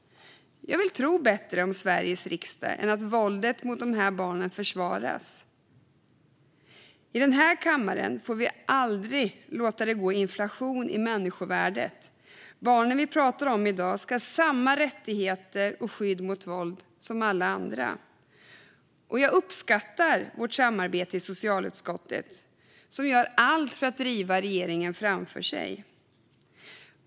Jag vill tro bättre om Sveriges riksdag än att våldet mot de här barnen försvaras. I den här kammaren får vi aldrig låta det gå inflation i människovärdet. De barn vi pratar om i dag ska ha samma rättigheter och skydd mot våld som alla andra. Jag uppskattar vårt samarbete i socialutskottet. Vi gör allt för att driva regeringen framför oss.